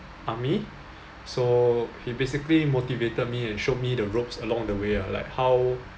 army so he basically motivated me and showed me the ropes along the way uh like how